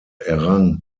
errang